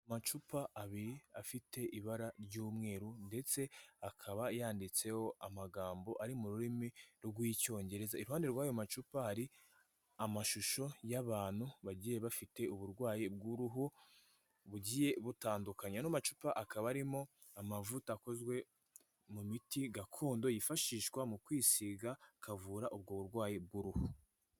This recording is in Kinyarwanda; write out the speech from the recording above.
Amacupa abiri afite ibara ry'umweru ndetse akaba yanditseho amagambo ari mu rurimi rw'Icyongereza. Iruhande rw'ayo macupa hari amashusho y'abantu bagiye bafite uburwayi bw'uruhu bugiye butandukanye. Ano macupa akaba arimo amavuta akozwe mu miti gakondo yifashishwa mu kwisiga akavura ubwo burwayi bw'uruhu.